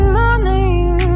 morning